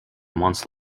once